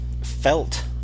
felt